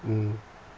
mmhmm